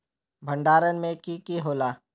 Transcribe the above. भण्डारण में की की होला?